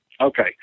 Okay